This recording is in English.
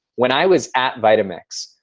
when i was at vitamix,